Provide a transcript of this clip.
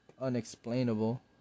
unexplainable